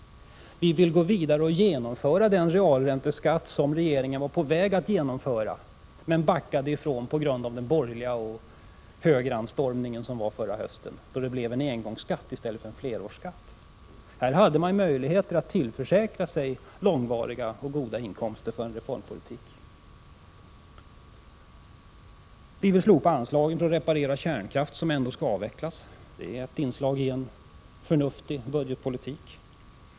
Vi vill gå vidare och införa den realränteskatt som regeringen var på väg att införa men backade från på grund av den borgerliga kampanjen och högeranstormningen i höstas. Det blev en engångsskatt i stället för en flerårsskatt. Här hade man möjligheter att tillförsäkra sig långvariga och goda inkomster för en reformpolitik. Vi vill vidare slopa anslagen för att reparera kärnkraftverk som ändå skall avvecklas. Det är ett inslag i en förnuftig budgetpolitik.